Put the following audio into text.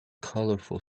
colorful